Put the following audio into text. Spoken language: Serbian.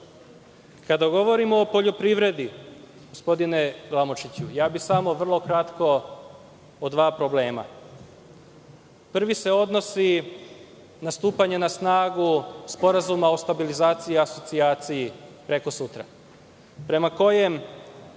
govorimo o poljoprivredi, gospodine Glamočiću, ja bih samo vrlo kratko o dva problema. Prvi se odnosi na stupanje na snagu Sporazuma o stabilizaciji i asocijaciji, prekosutra, prema kojem